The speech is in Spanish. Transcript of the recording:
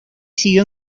siguió